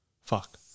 Fuck